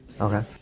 Okay